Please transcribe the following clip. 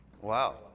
Wow